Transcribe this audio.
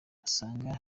asanga